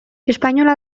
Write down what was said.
espainola